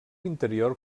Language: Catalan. interior